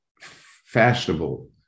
fashionable